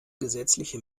gesetzliche